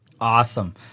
awesome